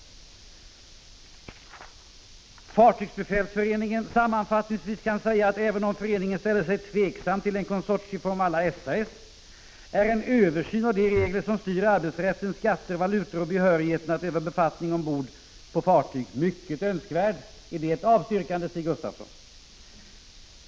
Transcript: Sveriges fartygsbefälsförening: ”Sammanfattningsvis kan sägas att även om föreningen ställer sig tveksam till en konsortieform å la SAS är en översyn av de regler som styr arbetsrätten, skatter, valutor och behörigheten att utöva befattning ombord på fartyg mycket önskvärd.” Är det ett avstyrkande, Stig Gustafsson?